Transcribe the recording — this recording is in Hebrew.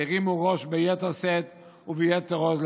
לאחרונה שהטרור וההסתה הרימו ראש ביתר שאת וביתר עוז.